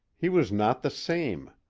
he was not the same.